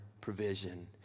provision